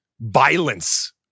violence